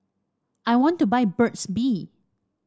I want to buy Burt's Bee